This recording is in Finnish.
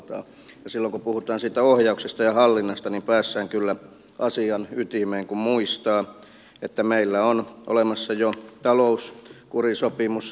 silloin kun puhutaan siitä ohjauksesta ja hallinnasta niin päästään kyllä asian ytimeen kun muistaa että meillä on olemassa jo talouskurisopimus